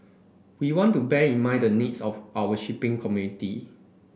we want to bear in mind the needs of our shipping community